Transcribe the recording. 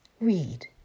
Read